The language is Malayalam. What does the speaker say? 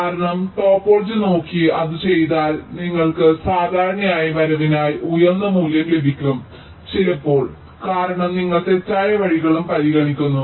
കാരണം നിങ്ങൾ ടോപ്പോളജി നോക്കി അത് ചെയ്താൽ നിങ്ങൾക്ക് സാധാരണയായി വരവിനായി ഉയർന്ന മൂല്യം ലഭിക്കും ചിലപ്പോൾ കാരണം നിങ്ങൾ തെറ്റായ വഴികളും പരിഗണിക്കുന്നു